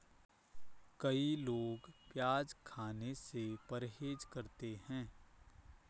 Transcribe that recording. कई लोग प्याज खाने से परहेज करते है